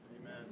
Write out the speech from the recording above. Amen